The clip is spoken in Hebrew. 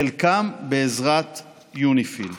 חלקם בעזרת יוניפי"ל.